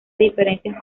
diferencias